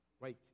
Right